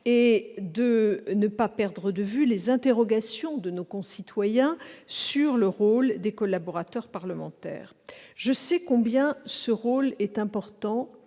et de garder en mémoire les interrogations de nos concitoyens sur le rôle des collaborateurs parlementaires. Je sais combien ce rôle est important,